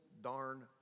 darn